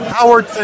Howard